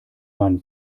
man